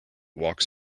walks